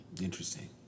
Interesting